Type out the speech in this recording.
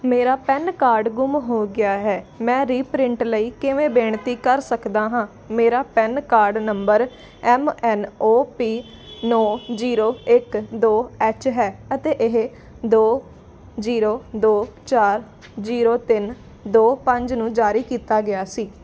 ਮੇਰਾ PAN card ਗੁੰਮ ਹੋ ਗਿਆ ਹੈ ਮੈਂ ਰੀਪ੍ਰਿੰਟ ਲਈ ਕਿਵੇਂ ਬੇਨਤੀ ਕਰ ਸਕਦਾ ਹਾਂ ਮੇਰਾ PAN card number M N O P ਨੌਂ ਜੀਰੋ ਦੋ ਇੱਕ ਐੱਚ ਹੈ ਅਤੇ ਇਹ ਦੋ ਜੀਰੋ ਦੋ ਚਾਰ ਜੀਰੋ ਤਿੰਨ ਦੋ ਪੰਜ ਨੂੰ ਜਾਰੀ ਕੀਤਾ ਗਿਆ ਸੀ